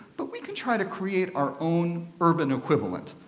but we can try to create our own urban equivalent.